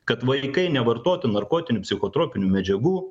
kad vaikai nevartotų narkotinių psichotropinių medžiagų